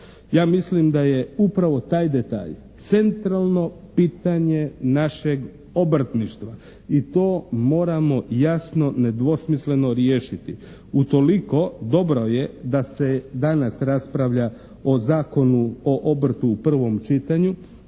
Ja mislim da je upravo taj detalj centralno pitanje našeg obrtništva i to moramo jasno, nedvosmisleno riješiti. Utoliko, dobro je da se danas raspravlja o Zakonu o obrtu u prvom čitanju,